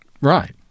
Right